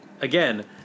again